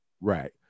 Right